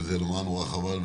וזה נורא חבל.